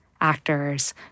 actors